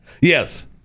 Yes